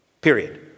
period